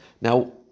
Now